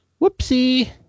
Whoopsie